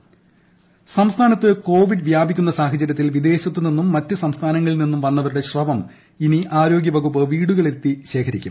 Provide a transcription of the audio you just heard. സ്രവ പരിശോധന സംസ്ഥാനത്ത് കോവിഡ് വ്യാപിക്കുന്ന സാഹചര്യത്തിൽ വിദേശത്തു നിന്നും മറ്റ് സംസ്ഥാനങ്ങളിൽ നിന്നും വന്നവരുടെ സ്രവം ഇനി ആരോഗ്യവകുപ്പ് വീടുകളിലെത്തി ശേഖരിക്കും